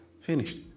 Finished